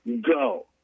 go